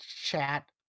chat